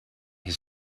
his